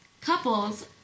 Couples